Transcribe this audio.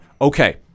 Okay